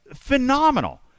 phenomenal